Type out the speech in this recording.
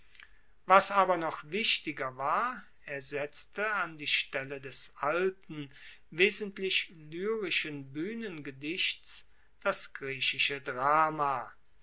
was aber noch wichtiger war er setzte an die stelle des alten wesentlich lyrischen buehnengedichts das griechische drama